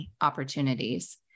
opportunities